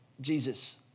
Jesus